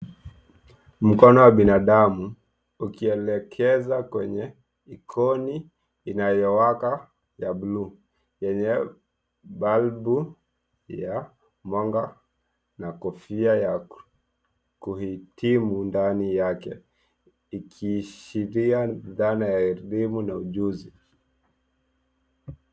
Mkono wa binadamu ukielekeza kwenye ikoni inayowaka ya bluu yenye balbu ya mwanga na kofia ya kuhitimu ndani yake ikiashiria dhana ya elimu na ujuzi.